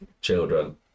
children